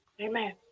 amen